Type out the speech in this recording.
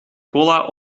cola